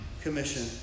commission